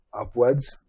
Upwards